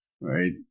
right